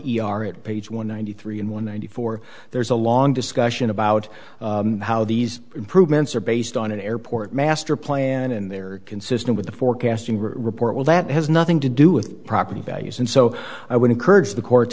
each page one ninety three and one ninety four there's a long discussion about how these improvements are based on an airport master plan and they're consistent with the forecasting report well that has nothing to do with property values in so i would encourage the court